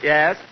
Yes